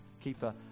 keeper